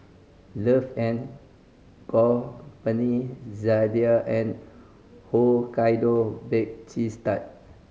Love and Company Zalia and Hokkaido Bake Cheese Tart